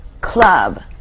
club